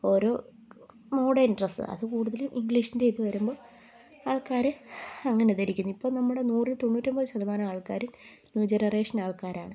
ഓരോ modern dress അത് കൂടുതലും ഇംഗ്ലീഷിൻ്റെ ഇത് വരുമ്പോൾ ആൾക്കാർ അങ്ങനെ ധരിക്കുന്നത് ഇപ്പം നമ്മുടെ നൂറിൽ തൊണ്ണൂറ്റൊമ്പത് ശതമാനം ആൾക്കാരും ന്യൂ ജനറേഷൻ ആൾക്കാരാണ്